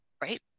right